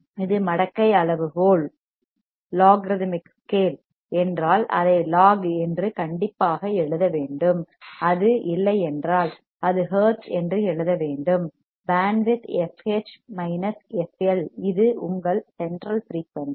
இது மடக்கை அளவுகோல் லோகரித்ம்யக் ஸ்கேல் logarithmic scale என்றால் அதை லாக் என்று கண்டிப்பாக எழுத வேண்டும் அது இல்லையென்றால் அது ஹெர்ட்ஸ் என்று எழுதப்படும் பேண்ட் வித் fH fL இது உங்கள் சென்ட்ரல் ஃபிரீயூன்சி